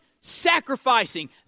sacrificing